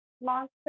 monster